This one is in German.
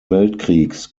weltkriegs